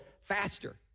faster